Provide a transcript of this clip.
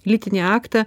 lytinį aktą